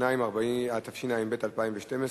התשע"ב 2012,